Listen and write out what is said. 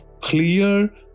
clear